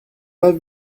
pas